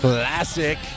Classic